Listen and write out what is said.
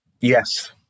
yes